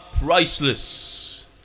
priceless